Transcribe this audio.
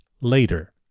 later